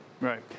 Right